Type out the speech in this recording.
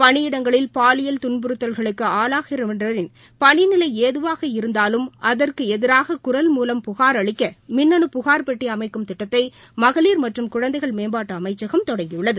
பணியிடங்களில் பாலியல் துள்புறுத்தல்களுக்கு ஆளாகின்றவரின் பணிநிலை எதுவாக இருந்தாலும் அதற்குஎதிராகக் குரல் மூவம் புகார் அளிக்க மின்னனு புகார் பெட்டி அமைக்கும் திட்டத்தை மகளிர் மற்றும் குழந்தைகள் மேம்பாட்டு அமைச்சகம் தொடங்கியுள்ளது